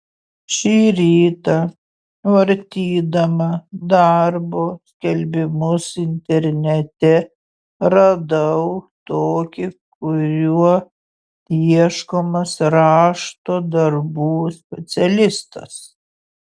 šį rytą vartydama darbo skelbimus internete radau tokį kuriuo ieškomas rašto darbų specialistas